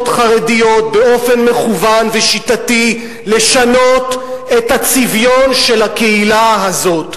חרדיות באופן מכוון ושיטתי לשנות את הצביון של הקהילה הזאת.